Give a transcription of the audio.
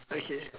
okay